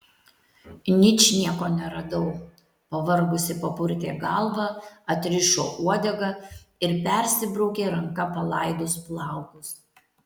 ničnieko neradau pavargusi papurtė galvą atrišo uodegą ir persibraukė ranka palaidus plaukus